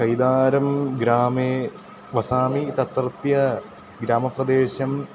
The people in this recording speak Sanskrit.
कैदारं ग्रामे वसामि तत्रत्य ग्रामप्रदेशम्